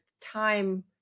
time